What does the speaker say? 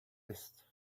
list